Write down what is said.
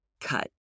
cut